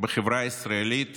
בחברה הישראלית